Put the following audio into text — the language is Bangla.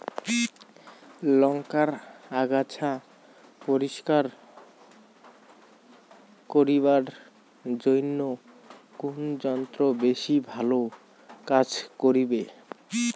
লংকার আগাছা পরিস্কার করিবার জইন্যে কুন যন্ত্র বেশি ভালো কাজ করিবে?